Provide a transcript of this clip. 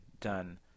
done